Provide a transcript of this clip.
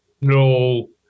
no